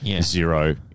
Zero